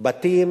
בתים